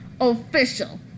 official